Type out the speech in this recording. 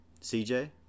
Cj